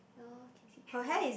uh can see three only